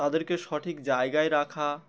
তাদেরকে সঠিক জায়গায় রাখা